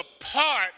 apart